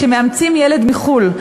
כשמאמצים ילד מחו"ל,